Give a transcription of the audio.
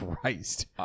Christ